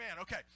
Okay